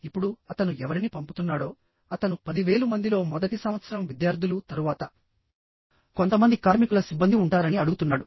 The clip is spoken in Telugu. ఇప్పుడు అతను ఎవరిని పంపుతున్నాడో అతను 10000 మందిలో మొదటి సంవత్సరం విద్యార్థులు తరువాత కొంతమంది కార్మికుల సిబ్బంది ఉంటారని అడుగుతున్నాడు